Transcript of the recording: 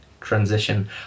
transition